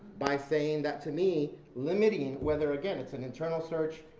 by saying that to me, limiting, whether again, it's an internal search,